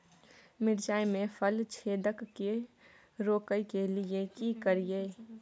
मिर्चाय मे फल छेदक के रोकय के लिये की करियै?